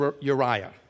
Uriah